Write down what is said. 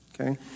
okay